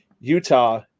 utah